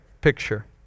picture